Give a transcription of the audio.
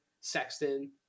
sexton